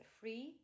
free